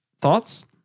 Thoughts